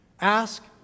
Ask